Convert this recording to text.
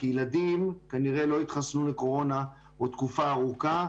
כי ילדים כנראה לא יתחסנו לקורונה עוד תקופה ארוכה.